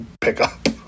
pickup